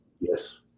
Yes